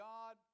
God